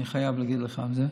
אני חייב להגיד לך את זה,